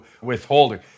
withholding